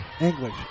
English